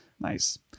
nice